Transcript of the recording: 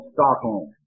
Stockholm